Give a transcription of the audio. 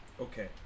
Okay